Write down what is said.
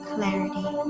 Clarity